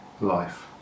life